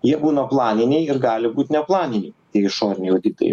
jie būna planiniai ir gali būt neplaniniai tie išoriniai auditai